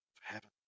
heaven